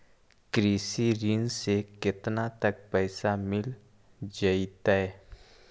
कृषि ऋण से केतना तक पैसा मिल जइतै?